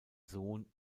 sohn